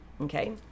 okay